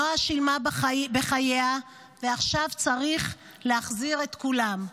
נועה שילמה בחייה, ועכשיו צריך להחזיר את כולם".